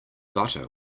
butter